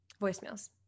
Voicemails